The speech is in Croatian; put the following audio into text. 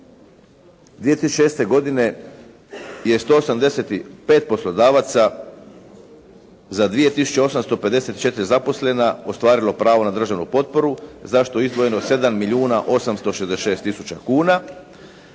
2006. godine je 185 poslodavaca za 2854 zaposlena ostvarilo pravo na državnu potporu za što je izdvojeno 7 milijuna 866 tisuća kuna,